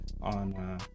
on